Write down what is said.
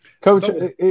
Coach